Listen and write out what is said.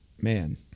man